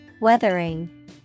weathering